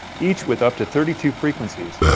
each with up to thirty two frequencies.